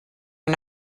and